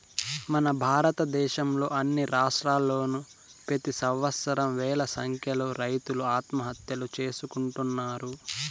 మన భారతదేశంలో అన్ని రాష్ట్రాల్లోనూ ప్రెతి సంవత్సరం వేల సంఖ్యలో రైతులు ఆత్మహత్యలు చేసుకుంటున్నారు